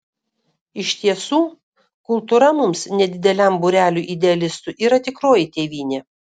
iš tiesų kultūra mums nedideliam būreliui idealistų yra tikroji tėvynė